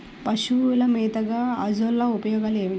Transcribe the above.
పశువుల మేతగా అజొల్ల ఉపయోగాలు ఏమిటి?